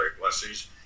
blessings